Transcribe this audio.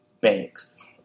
Banks